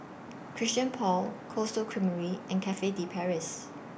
Christian Paul Cold Stone Creamery and Cafe De Paris